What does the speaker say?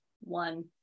one